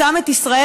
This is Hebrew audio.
שם את ישראל,